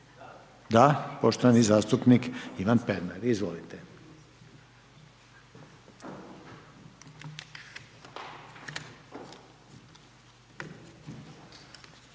će poštovani zastupnik Ivan Pernar govoriti